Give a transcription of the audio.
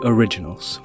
Originals